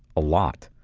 a lot.